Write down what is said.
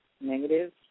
negative